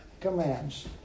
commands